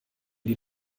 die